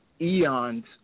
eons